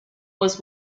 was